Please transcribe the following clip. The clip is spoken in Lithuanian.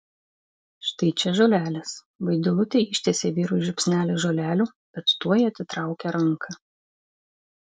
štai čia žolelės vaidilutė ištiesė vyrui žiupsnelį žolelių bet tuoj atitraukė ranką